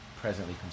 presently